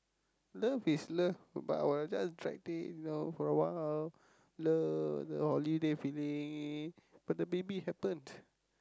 love is love but I will just dragging you know for a while love the holiday feeling but the baby happened